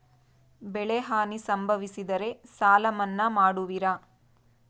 ಬೆಳೆಹಾನಿ ಸಂಭವಿಸಿದರೆ ಸಾಲ ಮನ್ನಾ ಮಾಡುವಿರ?